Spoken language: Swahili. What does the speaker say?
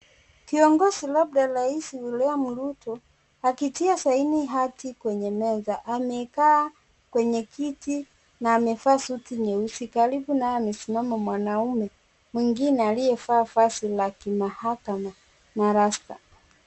Kiongozi labda rais William Rutto, akitia saini hati kwenye meza. Amekaa kwenye kiti na amevaa suti nyeusi. Karibu naye amesimama mwanaume mwingine aliyevaa vazi za kimahakama na rasta.